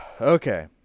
Okay